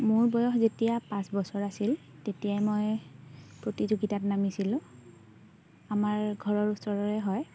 মোৰ বয়স যেতিয়া পাঁচ বছৰ আছিল তেতিয়াই মই প্ৰতিযোগিতাত নামিছিলোঁ আমাৰ ঘৰৰ ওচৰৰে হয়